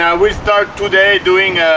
i will start today doing